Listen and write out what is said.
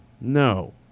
No